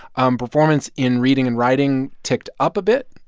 um performance in reading and writing ticked up a bit,